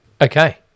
Okay